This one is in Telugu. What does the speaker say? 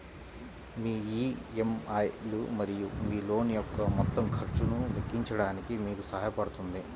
మీ ఇ.ఎం.ఐ లు మరియు మీ లోన్ యొక్క మొత్తం ఖర్చును లెక్కించడానికి మీకు సహాయపడుతుంది